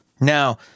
Now